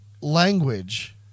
language